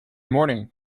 morning